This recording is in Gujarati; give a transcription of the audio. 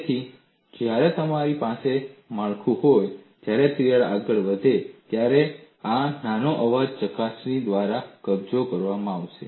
તેથી જ્યારે તમારી પાસે માળખું હોય જ્યારે તિરાડ આગળ વધે ત્યારે આ નાના અવાજો ચકાસણી દ્વારા કબજે કરવામાં આવશે